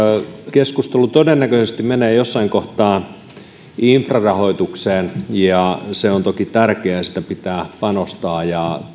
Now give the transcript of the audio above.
keskustelu todennäköisesti menee jossain kohtaa infrarahoitukseen se on toki tärkeää siihen pitää panostaa ja